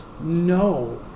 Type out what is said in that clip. No